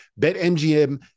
BetMGM